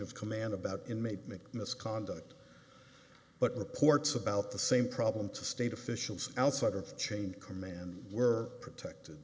of command about inmate make misconduct but reports about the same problem to state officials outside of the chain of command were protected